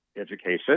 education